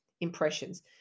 impressions